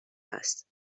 هست